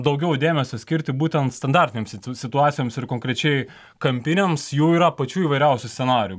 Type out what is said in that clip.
daugiau dėmesio skirti būtent standartinėms situacijoms ir konkrečiai kampiniams jų yra pačių įvairiausių scenarijų